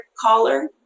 collar